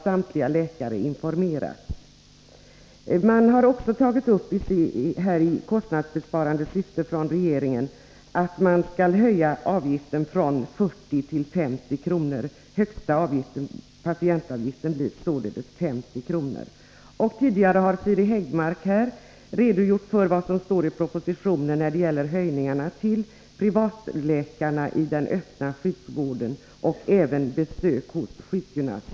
Samtliga läkare har informerats om det. Regeringen har också i kostnadsbesparande syfte föreslagit höjning av patientavgiften från 40 till 50 kr., som således blir den högsta patientavgiften. Siri Häggmark har tidigare redogjort för vad som står i propositionen när det gäller höjningar av avgifterna för besök hos privatläkarna i den öppna sjukvården och besök hos sjukgymnast.